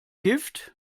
gift